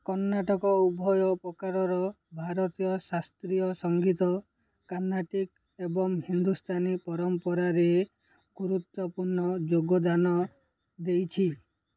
କର୍ଣ୍ଣାଟକ ଉଭୟ ପ୍ରକାରର ଭାରତୀୟ ଶାସ୍ତ୍ରୀୟ ସଂଗୀତ କାର୍ନାଟିକ୍ ଏବଂ ହିନ୍ଦୁସ୍ତାନୀ ପରମ୍ପରାରେ ଗୁରୁତ୍ୱପୂର୍ଣ୍ଣ ଯୋଗଦାନ ଦେଇଛି